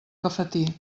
cafetí